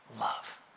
love